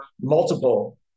multiple